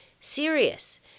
serious